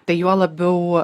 tai juo labiau